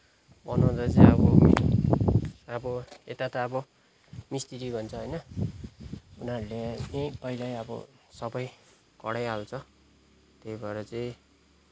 बनाउँदा चाहिँ अब अब यता त अब मिस्त्री भन्छ होइन उनिहरूले नै पहिलै अब सबै कडै हाल्छ त्यहि भएर चाहिँ